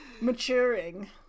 maturing